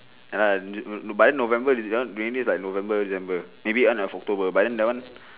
ya lah but then november december raining like november december maybe end of october but then that one